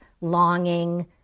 longing